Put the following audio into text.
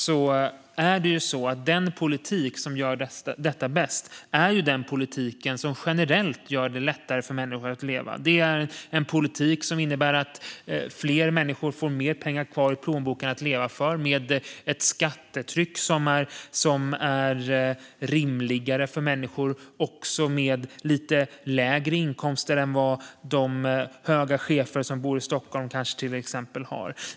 I grunden är den politik som gör detta bäst den politik som generellt gör det lättare för människor att leva. Det är en politik som innebär att fler människor får mer pengar kvar i plånboken att leva för, med ett skattetryck som är rimligare också för människor med lite lägre inkomster än till exempel de höga chefer som bor i Stockholm kanske har.